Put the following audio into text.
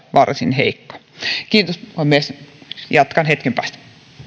varsin heikko kiitos puhemies jatkan hetken päästä